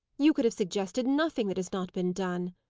you could have suggested nothing that has not been done,